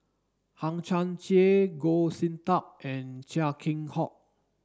Hang Chang Chieh Goh Sin Tub and Chia Keng Hock